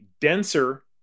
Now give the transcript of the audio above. denser